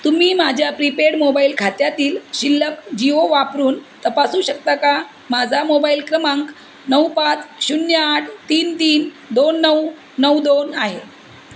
तुम्ही माझ्या prepaid mobile खात्यातील शिल्लक जिओ वापरून तपासू शकता का माझा मोबाईल क्रमांक नऊ पाच शून्य आठ तीन तीन दोन नऊ नऊ दोन आहे